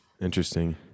interesting